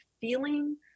feeling